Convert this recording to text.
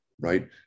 right